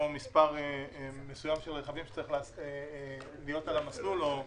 מספר מסוים של רכבים שצריך להיות על המסלול או